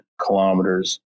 kilometers